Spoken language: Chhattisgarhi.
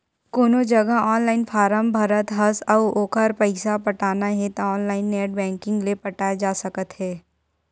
कोनो जघा ऑनलाइन फारम भरत हस अउ ओखर पइसा पटाना हे त ऑनलाइन नेट बैंकिंग ले पटाए जा सकत हे